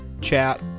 chat